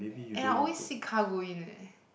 and I always sit car go in eh